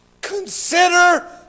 consider